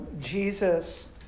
Jesus